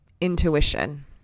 Intuition